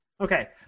Okay